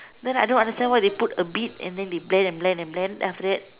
the I don't understand why the put a bit and blend and blend and blend and blend then after that